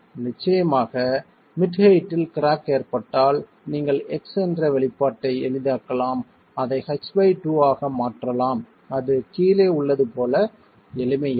நிச்சயமாக மிட் ஹெயிட்டில் கிராக் ஏற்பட்டால் நீங்கள் x என்ற வெளிப்பாட்டை எளிதாக்கலாம் அதை h2 ஆக மாற்றலாம் அது கீழே உள்ளது போல எளிமையாக்கும்